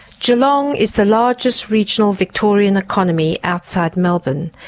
geelong is the largest regional victorian economy outside melbourne,